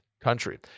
country